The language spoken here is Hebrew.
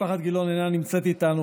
משפחת גילאון איננה נמצאת איתנו.